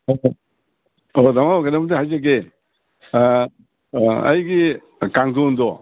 ꯑꯣ ꯇꯥꯃꯣ ꯀꯩꯅꯣꯝꯇ ꯍꯥꯏꯖꯒꯦ ꯑꯩꯒꯤ ꯀꯥꯡꯗꯣꯟꯗꯣ